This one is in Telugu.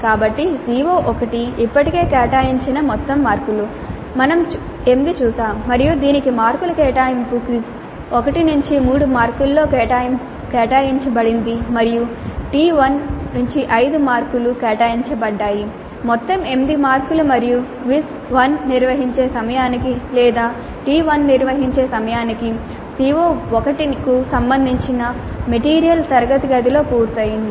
కాబట్టి CO1 ఇప్పటికే కేటాయించిన మొత్తం మార్కులు మేము 8 చూశాము మరియు దీనికి మార్కుల కేటాయింపు క్విజ్ 1 3 మార్కులలో కేటాయించబడింది మరియు T1 5 మార్కులు కేటాయించబడ్డాయి మొత్తం 8 మార్కులు మరియు క్విజ్ 1 నిర్వహించే సమయానికి లేదా టి 1 నిర్వహించే సమయానికి CO1 కు సంబంధించిన మెటీరియల్ తరగతి గదిలో పూర్తయింది